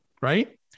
Right